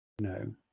No